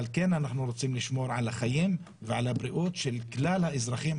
כן אנחנו רוצים לשמור על החיים ועל הבריאות של כלל האזרחים,